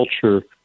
culture